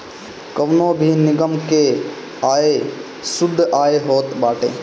कवनो भी निगम कअ आय शुद्ध आय होत बाटे